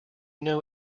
know